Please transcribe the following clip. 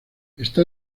está